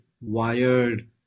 wired